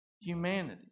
humanity